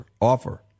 offer